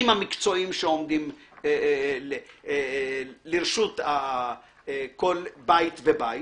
המקצועיים שעומדים לרשות כל בית ובית.